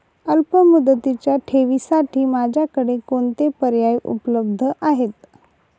अल्पमुदतीच्या ठेवींसाठी माझ्याकडे कोणते पर्याय उपलब्ध आहेत?